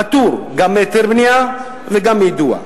פטור גם מהיתר בנייה וגם מיידוע.